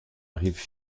arrivent